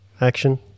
action